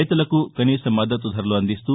రైతులకు కనీస మద్దతు ధరలు అందిస్తూ